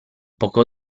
poco